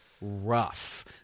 rough